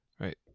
Right